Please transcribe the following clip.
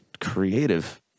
creative